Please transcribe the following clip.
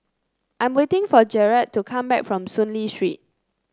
I'm waiting for Jarett to come back from Soon Lee Street